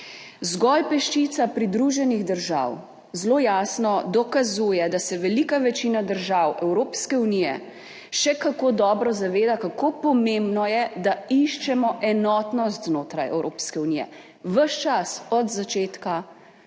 Zgolj peščica pridruženih držav zelo jasno dokazuje, da se velika večina držav Evropske unije še kako dobro zaveda, kako pomembno je, da iščemo enotnost znotraj Evropske unije ves čas od začetka ruske